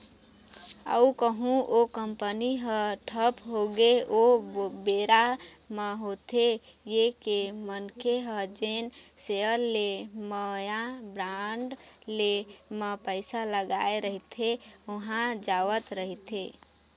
अउ कहूँ ओ कंपनी ह ठप होगे ओ बेरा म होथे ये के मनखे ह जेन सेयर ले म या बांड ले म पइसा लगाय रहिथे ओहा जावत रहिथे